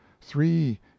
three